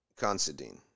Considine